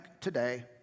today